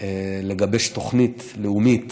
לגבש תוכנית לאומית